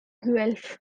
guelph